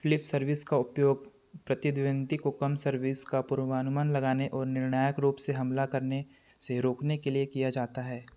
flip service का उपयोग प्रतिद्वंद्वी को कम सर्विस का पूर्वानुमान लगाने और निर्णायक रूप से हमला करने से रोकने के लिए किया जाता है